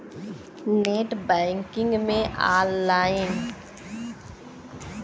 net banking में login करे के बाद इन्शुरन्स के ऑप्शन पे जाके आवेदन कर सकला